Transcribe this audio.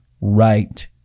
right